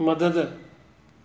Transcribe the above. मदद